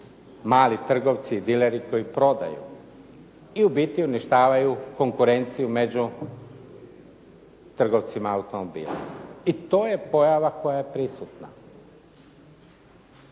mali trgovci, dileri koji prodaju i u biti uništavaju konkurenciju među trgovcima automobila. I to je pojava koja je prisutna,